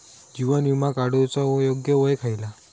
जीवन विमा काडूचा योग्य वय खयला?